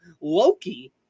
Loki